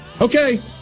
Okay